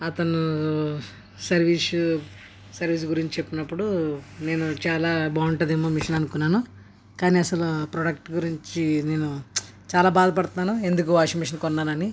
అతను service service గురించి చెప్పినప్పుడు నేను చాలా బాగుంటుందేమో మిషన్ అనుకున్నాను కానీ అసలు ప్రోడక్ట్ గురించి నేను చాలా బాధపడుతున్నాను ఎందుకు వాషింగ్ మిషన్ కొన్నానని